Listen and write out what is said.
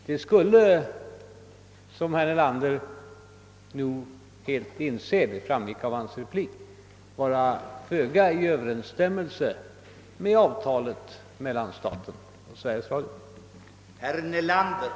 Det skulle — och det framgick av herr Nelanders inlägg att han helt inser detta — vara föga i överensstämmelse med avtalet mellan staten och Sveriges Radio.